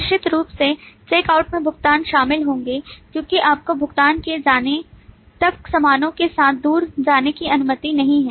निश्चित रूप से चेक आउट में भुगतान शामिल होगा क्योंकि आपको भुगतान किए जाने तक सामानों के साथ दूर जाने की अनुमति नहीं है